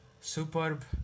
superb